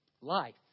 life